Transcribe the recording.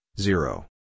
zero